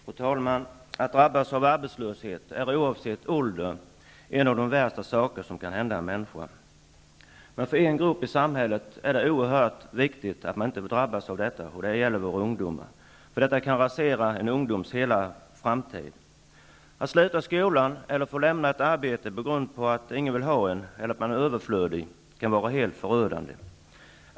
Fru talman! Att drabbas av arbetslöshet är något av det värsta som kan hända en människa, oavsett ålder. Men för en grupp i samhället är det oerhört viktigt att inte drabbas av arbetslöshet. Det gäller våra ungdomar. Det kan rasera hela framtiden. Att sluta skolan eller få lämna ett arbete på grund av att ingen vill ha en eller att man är överflödig kan vara helt förödande.